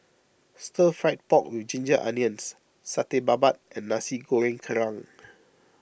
Stir Fry Pork with Ginger Onions Satay Babat and Nasi Goreng Kerang